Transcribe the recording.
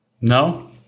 No